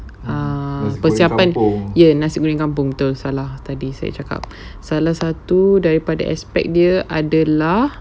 err persiapan ya nasi goreng kampung betul salah tadi saya cakap salah satu daripada aspek dia adalah